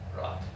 Right